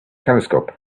telescope